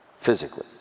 physically